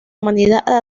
humanidad